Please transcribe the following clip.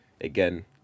again